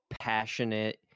passionate